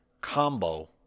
combo